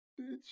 bitch